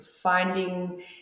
finding